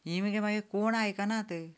ही मगे मागीर कोण आयकनात